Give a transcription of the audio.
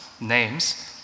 names